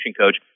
coach